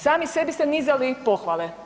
Sami sebi ste nizali pohvale.